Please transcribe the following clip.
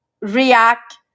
react